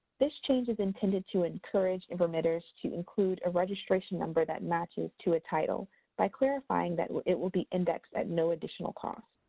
this change is intended to encourage and remitters to include a registration number that matches to a title by clarifying that it will be indexed at no additional cost.